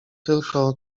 tylko